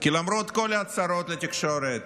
כי למרות כל ההצהרות לתקשורת,